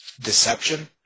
deception